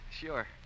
Sure